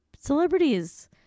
celebrities